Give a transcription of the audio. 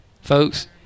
Folks